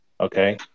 Okay